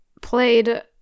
played